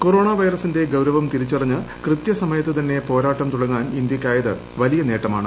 corona വൈറസിന്റെ ഗൌരവം തിരിച്ചറിഞ്ഞ് കൃതൃസമയത്ത് തന്നെ പോരാട്ടം തുടങ്ങാൻ ഇന്ത്യയ്ക്കായത് വലിയ നേട്ടമാണ്